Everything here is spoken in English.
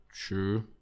True